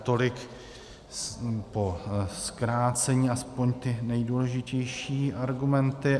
Tolik po zkrácení aspoň ty nejdůležitější argumenty.